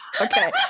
Okay